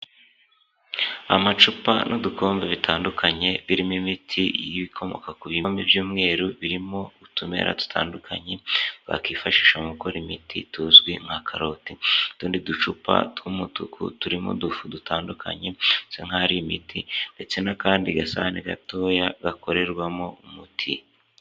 Amacupa n'udukombe bitandukanye, birimo imiti y'ibikomoka ku bibumbe by'umweru, birimo utumera dutandukanye bakifashisha mu gukora imiti tuzwi nka karoti, n'utundi ducupa tw'umutuku turimo udufu dutandukanye, bisa nkaho ari imiti. Ndetse n'akandi gasahane gatoya gakorerwamo umuti.